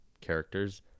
characters